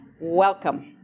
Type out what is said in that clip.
welcome